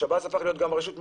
הפך להיות רשות מחוקקת.